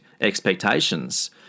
expectations